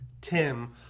Tim